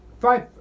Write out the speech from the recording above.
Five